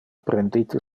prendite